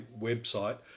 website